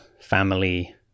family